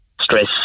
stress